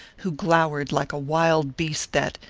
who glowered like a wild beast that,